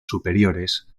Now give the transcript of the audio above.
superiores